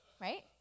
Right